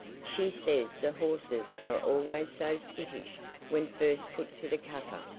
she says the horses are always so skittish when first put to the cutter,